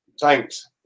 Thanks